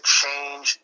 change